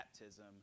baptism